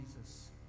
Jesus